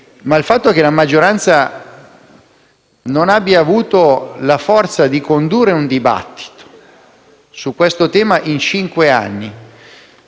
ma il fatto che la maggioranza non abbia avuto la forza di condurre un dibattito su questo tema in cinque anni,